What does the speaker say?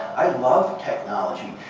i love technology.